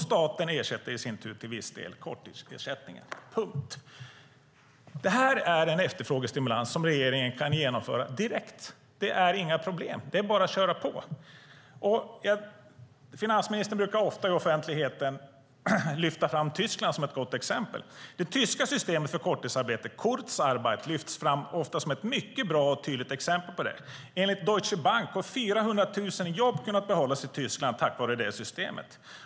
Staten ersätter i sin tur till viss del korttidsersättningen. Det här är en efterfrågestimulans som regeringen kan genomföra direkt. Det är inga problem, det är bara att köra på! Finansministern brukar ofta i offentligheten lyfta fram Tyskland som ett gott exempel. Det tyska systemet för korttidsarbete, Kurzarbeit, lyfts ofta fram som ett mycket bra exempel. Enligt Deutsche Bank har 400 000 jobb kunnat behållas i Tyskland tack vare detta system.